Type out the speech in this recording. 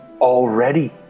already